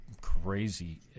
crazy